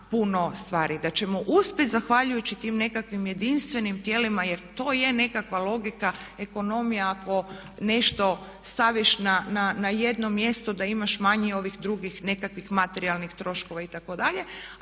da ćemo uspjeti zahvaljujući tim nekakvim jedinstvenim tijelima jer to je nekakva logika. Ekonomija ako nešto staviš na jedno mjesto da imaš manjih ovih drugih nekakvih materijalnih troškova itd.